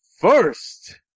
first